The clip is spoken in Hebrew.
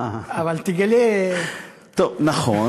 אבל תגלה, נכון.